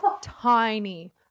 tiny